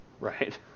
Right